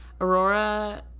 aurora